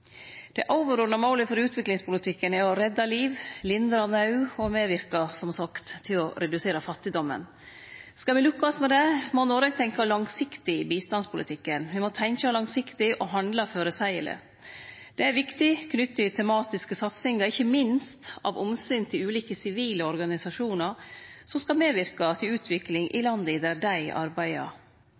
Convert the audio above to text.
Det overordna målet for utviklingspolitikken er å redde liv, lindre naud og, som sagt, medverke til å redusere fattigdomen. Skal me lukkast med det, må Noreg tenkje langsiktig i bistandspolitikken. Me må tenkje langsiktig og handle føreseieleg. Det er viktig knytt til tematiske satsingar, ikkje minst av omsyn til ulike sivile organisasjonar som skal medverke til utvikling i landa der dei arbeider.